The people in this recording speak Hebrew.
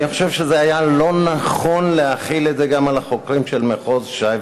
אני חושב שזה היה לא-נכון להחיל את זה גם על החוקרים של מחוז ש"י,